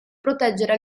proteggere